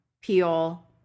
Peel